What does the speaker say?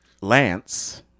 Lance